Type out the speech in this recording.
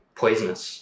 poisonous